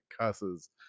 cusses